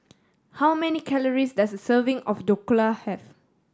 how many calories does a serving of Dhokla have